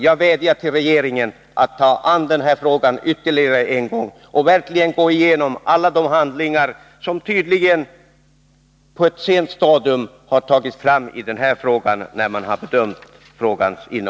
Jag vädjar till regeringen att ta upp denna fråga ytterligare en gång och verkligen gå igenom alla de handlingar som tydligen på ett sent stadium har tagits fram för bedömning.